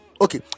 okay